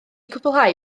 cwblhau